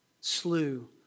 slew